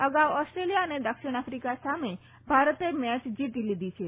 અગાઉ ઓસ્ટ્રેલિયા અને દક્ષિણ આફ્રિકા સામે ભારતે મેચ જીતી લીધી છે